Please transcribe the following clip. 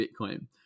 Bitcoin